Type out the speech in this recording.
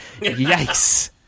Yikes